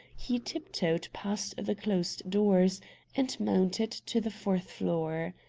he tiptoed past the closed doors and mounted to the fourth floor.